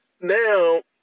now